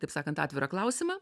taip sakant atvirą klausimą